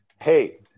hey